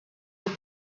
are